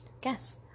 Guess